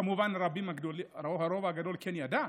כמובן, הרוב הגדול כן ידע,